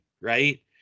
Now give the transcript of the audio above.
right